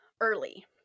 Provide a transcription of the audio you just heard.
early